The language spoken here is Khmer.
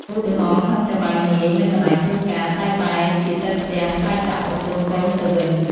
ឧទាហរណ៍ ខឹងចៅហ្វាយនាយនៅកន្លែងធ្វើការ តែបែរជាទៅផ្ទះស្រែកដាក់ប្រពន្ធកូនទៅវិញ។